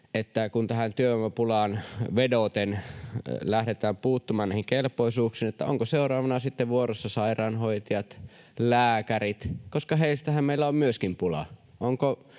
kun tähän työvoimapulaan vedoten lähdetään puuttumaan niihin kelpoisuuksiin, niin ovatko seuraavana sitten vuorossa sairaanhoitajat ja lääkärit, koska heistähän meillä myöskin on pulaa.